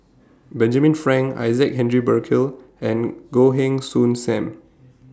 Benjamin Frank Isaac Henry Burkill and Goh Heng Soon SAM